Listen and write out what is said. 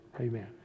Amen